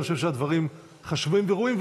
אני חושב שהדברים חשובים וראויים,